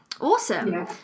awesome